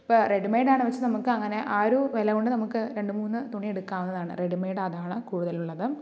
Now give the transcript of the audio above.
ഇപ്പോൾ റെഡിമെയ്ഡ് ആണ് പക്ഷെ നമുക്ക് അങ്ങനെ ആ ഒരു വിലകൊണ്ട് നമുക്ക് രണ്ട് മൂന്ന് തുണിയെടുക്കാവുന്നതാണ് റെഡിമെയ്ഡ് അതാണ് കൂടുതൽ ഉള്ളതും